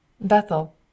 Bethel